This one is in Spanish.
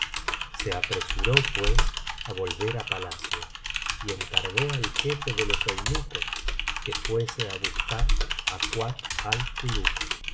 se apresuró pues á volver á palacio y encargó al jefe de los eunucos que fuese á buscar á kuat